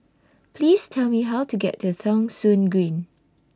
Please Tell Me How to get to Thong Soon Green